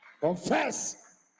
Confess